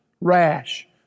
rash